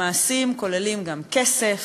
ומעשים כוללים גם כסף,